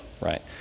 right